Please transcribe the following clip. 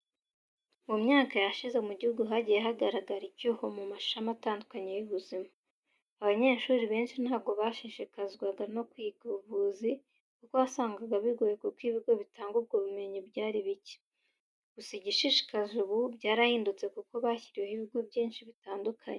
Mu myaka yashize mu gihugu hagiye hagaragara icyuho mu mashami atandukanye y'ubuzima. Abanyeshuri benshi ntabwo bashishikazwa no kwiga ubuvuzi kuko wasangaga bigoye kuko ibigo bitanga ubwo bumenyi bwari buke. Gusa igishishikaje ubu byarahindutse kuko bashyiriweho ibigo byinshi bitandukanye.